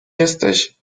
jesteś